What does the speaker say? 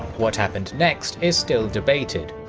what happened next is still debated,